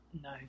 No